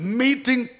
meeting